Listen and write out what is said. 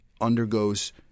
undergoes